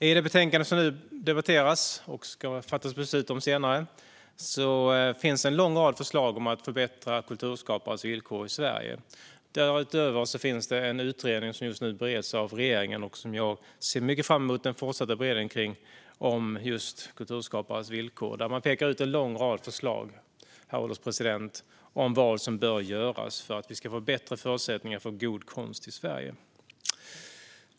I det betänkande som nu debatteras, och som det ska fattas beslut om senare, finns en lång rad förslag om att förbättra kulturskapares villkor i Sverige. Därutöver finns det en utredning som just nu bereds av regeringen. Jag ser mycket fram emot den fortsatta beredningen av just kulturskapares villkor. Man pekar ut en lång rad förslag, herr ålderspresident, om vad som bör göras för att vi ska få bättre förutsättningar för god konst i Sverige.